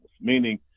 meaning